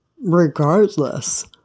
regardless